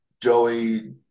Joey